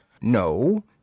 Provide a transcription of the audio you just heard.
No